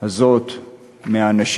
הזאת מהם,